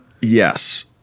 Yes